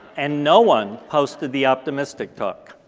and no one posted the optimistic talk.